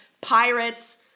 pirates